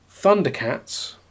Thundercats